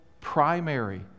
primary